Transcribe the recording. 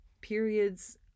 periods